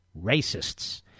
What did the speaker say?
racists